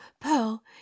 Pearl